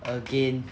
again